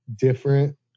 different